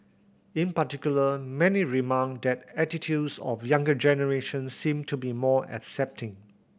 in particular many remarked that attitudes of younger generation seem to be more accepting